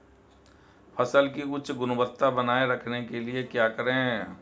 फसल की उच्च गुणवत्ता बनाए रखने के लिए क्या करें?